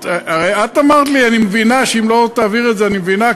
הרי את אמרת לי: אם לא תעביר את זה אני מבינה,